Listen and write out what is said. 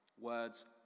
Words